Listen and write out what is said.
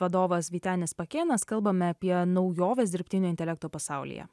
vadovas vytenis pakėnas kalbame apie naujoves dirbtinio intelekto pasaulyje